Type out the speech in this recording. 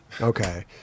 Okay